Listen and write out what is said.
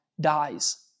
dies